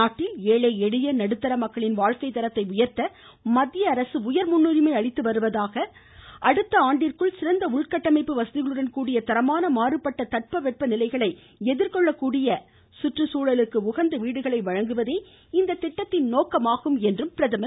நாட்டில் உள்ள ஏழை எளிய மற்றும் நடுத்தர மக்களின் வாழ்க்கைத் தரத்தை உயர்த்த மத்தியஅரசு அதிமுக்கியத்துவம் அளித்து வருவதாக அடுத்த ஆண்டிற்குள் சிறந்த உள்கட்டமைப்பு வசதிகளுடன்கூடிய தரமான மாறுபட்ட தட்ப வெப்பநிலைகளை எதிர்கொள்ளக்கூடிய சுற்றுச்சூழலுக்கு உகந்தவகையிலான வீடுகளை வழங்குவதே இத்திட்டத்தின் நோக்கமாகும் என்றார்